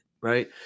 right